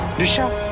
nisha.